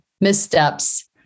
missteps